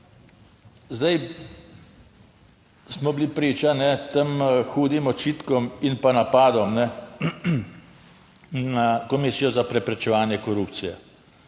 Zdaj smo bili priča tem hudim očitkom in pa napadom na Komisijo za preprečevanje korupcije.